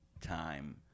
time